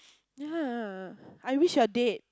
ya I wish you're dead